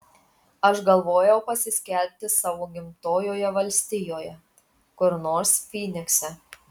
aš galvojau pasiskelbti savo gimtojoje valstijoje kur nors fynikse